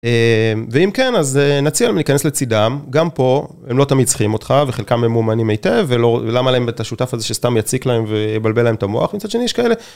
ואם כן אז נציע להם להיכנס לצידם, גם פה הם לא תמיד צריכים אותך, וחלקם ממומנים היטב, ולמה להם את השותף הזה שסתם יציק להם ויבלבל להם את המוח, מצד שני יש כאלה...